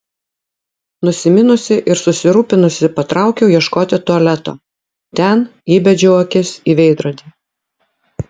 nusiminusi ir susirūpinusi patraukiau ieškoti tualeto ten įbedžiau akis į veidrodį